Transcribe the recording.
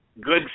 good